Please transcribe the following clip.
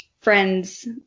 friends